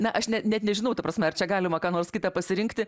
na aš ne net nežinau ta prasme ar čia galima ką nors kita pasirinkti